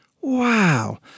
Wow